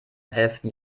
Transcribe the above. elften